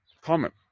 Comment